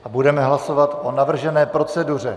A budeme hlasovat o navržené proceduře.